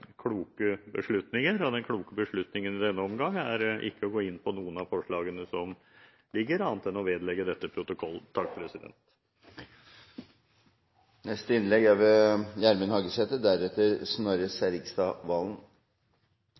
kloke beslutninger. Og den kloke beslutningen i denne omgang er ikke å gå inn på noen av forslagene som ligger her, annet enn å vedlegge dette protokollen.